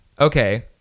Okay